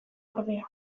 ordea